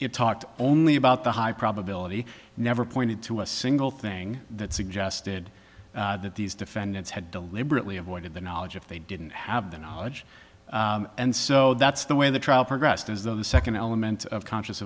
it talked only about the high probability never pointed to a single thing that suggested that these defendants had deliberately avoided the knowledge if they didn't have the knowledge and so that's the way the trial progressed is that the second element of conscious